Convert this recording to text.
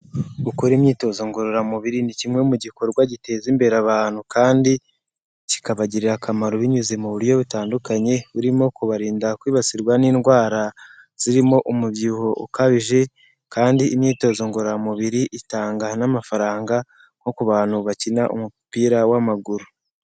Gukora imyitozo ngororamubiri ni kimwe mu gikorwa giteza imbere abantu kandi kikabagirira akamaro binyuze mu buryo butandukanye burimo kubarinda kwibasirwa n'indwara zirimo umubyibuho ukabije kandi imyitozo ngororamubiri itanga n'amafaranga nko ku bantu bakina umupira w'amaguru.